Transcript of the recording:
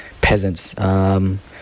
peasants